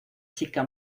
chica